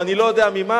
או אני לא יודע ממה.